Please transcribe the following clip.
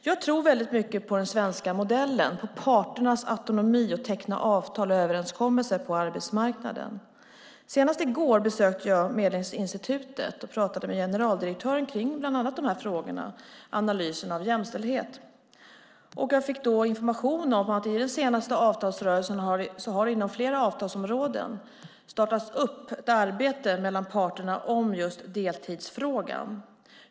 Jag tror väldigt mycket på den svenska modellen, på parternas autonomi att teckna överenskommelser på arbetsmarknaden. Senast i går besökte jag Medlingsinstitutet och talade med generaldirektören om bland annat de här frågorna, alltså om analysen av jämställdhet. Jag fick då information om att det i den senaste avtalsrörelsen på flera avtalsområden har startats ett arbete mellan parterna om just deltidsfrågan.